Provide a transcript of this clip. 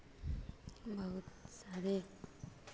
बहुत सारे